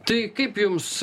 tai kaip jums